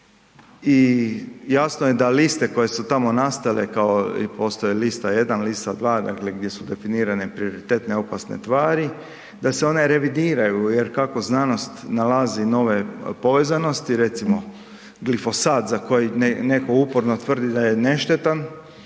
I jasno je da liste koje su tamo nastale, postoji lista 1, lista 2 gdje su definirane prioritetne opasne tvari da se one revidiraju jer kako znanost nalazi nove povezanosti, recimo glifosat za koji neko uporno tvrdi da je ne štetan,